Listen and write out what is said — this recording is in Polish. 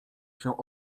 się